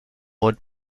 wood